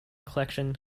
collection